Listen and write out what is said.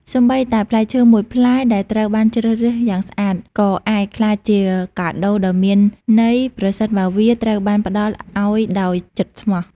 សូម្បីតែផ្លែឈើមួយផ្លែដែលត្រូវបានជ្រើសរើសយ៉ាងស្អាត ក៏អាចក្លាយជាកាដូដ៏មានន័យ ប្រសិនបើវាត្រូវបានផ្ដល់ឱ្យដោយចិត្តស្មោះ។